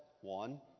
one